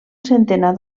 centenar